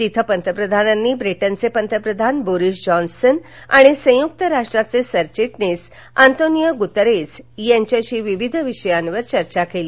तिथे पंतप्रधानांनी ब्रिटनचे पंतप्रधान बोरिस जॉन्सन आणि संयुक्त राष्ट्राचे सरचिटणीस अन्तोनिओ गुतरेझ यांच्याशी विविध विषयांवर चर्चा केली